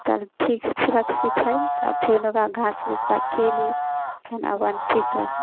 तब ठीक सुरक्षित है तऽ फेर ओकरा घास भुस्सा खियेली फेन अपन ठीक रहल